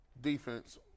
Defense